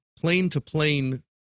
plane-to-plane